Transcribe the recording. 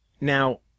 Now